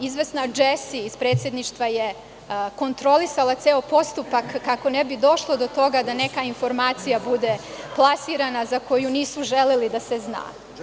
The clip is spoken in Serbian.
Izvesna Džesi iz predsedništva je kontrolisala ceo postupak kako ne bi došlo do toga da neka informacija bude plasirana, a za koju nisu želeli da se zna.